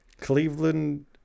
Cleveland